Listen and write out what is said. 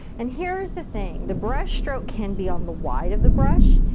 and here's the thing. the brush stroke can be on the wide of the brush.